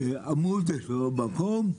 עמוד, יש לו מקום,